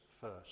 first